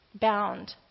bound